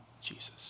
Jesus